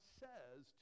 says